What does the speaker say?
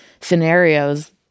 scenarios